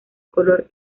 color